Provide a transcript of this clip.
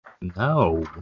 No